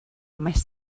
маш